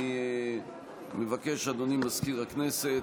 אני מבקש, אדוני מזכיר הכנסת,